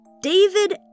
David